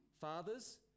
fathers